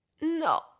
No